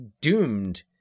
doomed